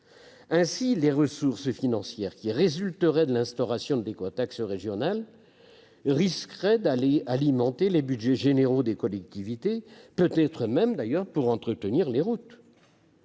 Ainsi, les ressources financières qui résulteraient de l'instauration d'écotaxes régionales risqueraient d'aller alimenter les budgets généraux des collectivités, peut-être même pour entretenir les routes.